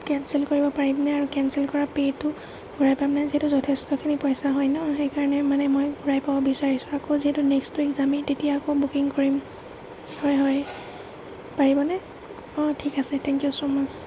cancel কৰিব পাৰিমনে আৰু কেঞ্চেল কৰা পে'টো ঘূৰাই পামনে যিহেতু যথেষ্টখিনি পইচা হয় ন সেইকাৰণে মানে মই ঘূৰাই পাব বিচাৰিছোঁ আকৌ যিহেতু নেক্সট উইক যামেই তেতিয়া আকৌ বুকিং কৰিম হয় হয় পাৰিবনে অঁ ঠিক আছে থেংক ইউ ছ' মাছ